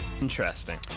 Interesting